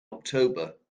october